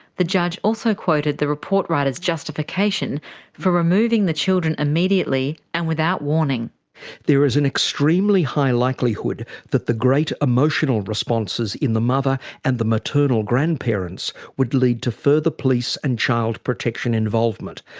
the judge also quoted the report writer's justification for removing the children immediately, and without warning reading there is an extremely high likelihood that the great emotional responses in the mother and the maternal grandparents would lead to further police and child protection involvement,